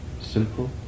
simple